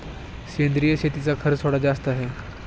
सेंद्रिय शेतीचा खर्च थोडा जास्त आहे